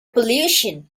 pollution